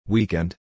Weekend